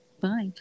Bye